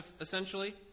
essentially